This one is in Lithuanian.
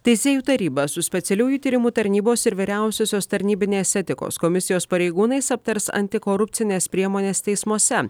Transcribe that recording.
teisėjų taryba su specialiųjų tyrimų tarnybos ir vyriausiosios tarnybinės etikos komisijos pareigūnais aptars antikorupcines priemones teismuose